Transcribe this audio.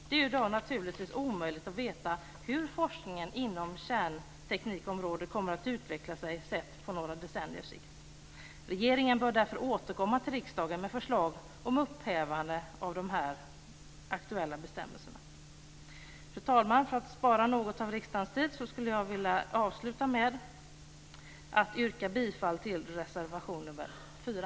Det är i dag naturligtvis omöjligt att veta hur forskningen inom kärnteknikområdet kommer att utvecklas på några decenniers sikt. Regeringen bör därför återkomma till riksdagen med förslag om upphävande av de aktuella bestämmelserna. Fru talman! För att spara något av riksdagens tid skulle jag vilja avsluta med att yrka bifall endast till reservation 4.